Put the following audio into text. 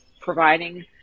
providing